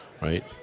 Right